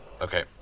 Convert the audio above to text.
okay